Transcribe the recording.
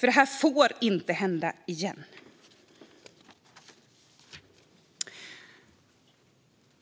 Det här får nämligen inte hända igen.